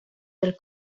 del